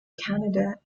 canada